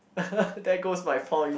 there goes my point